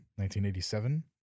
1987